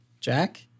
Jack